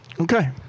Okay